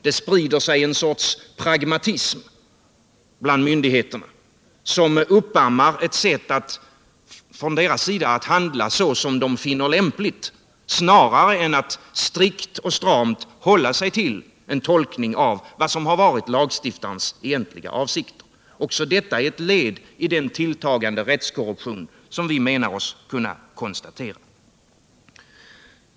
Det sprider sig då en sorts pragmatism bland myndigheterna vilken uppammar ett sätt från deras sida att handla som de finner lämpligt snarare än att strikt och stramt hålla sig till en tolkning av vad som har varit lagstiftarens egentliga avsikt. Också detta är ett led i den tilltagande rättskorruption som vi menar oss kunna konstatera.